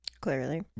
clearly